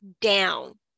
down